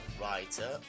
writer